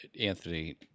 Anthony